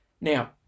now